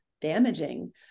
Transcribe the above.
damaging